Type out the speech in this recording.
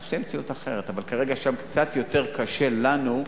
שתהיה מציאות אחרת, אבל כרגע שם קצת יותר קשה לנו,